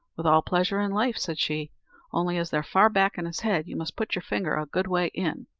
with all pleasure in life, said she only as they're far back in his head, you must put your finger a good way in.